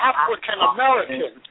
African-American